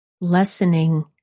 lessening